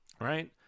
right